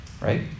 right